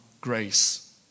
grace